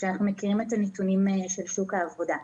כשאנחנו מכירים את הנתונים של שוק העבודה.